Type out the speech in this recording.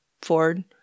Ford